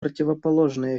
противоположный